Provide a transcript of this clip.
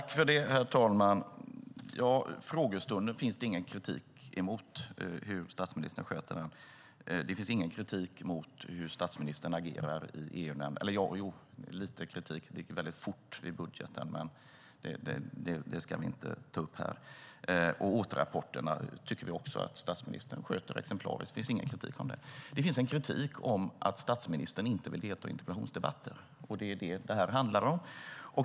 Herr talman! Det finns ingen kritik mot hur statsministern sköter frågestunden. Det finns ingen kritik mot hur statsministern agerar i EU-nämnden. Jo, det finns lite kritik - det gick väldigt fort med budgeten, men det ska vi inte ta upp här. Återrapporterna tycker vi också att statsministern sköter exemplariskt. Det finns ingen kritik mot det. Det finns en kritik mot att statsministern inte vill delta i interpellationsdebatter, och det är det detta handlar om.